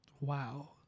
Wow